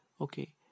okay